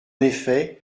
effet